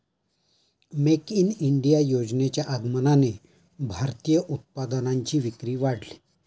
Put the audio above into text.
make in India योजनेच्या आगमनाने भारतीय उत्पादनांची विक्री वाढली